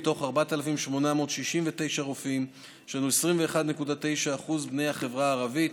מתוך 4,869 רופאים יש 21.9% בני החברה הערבית,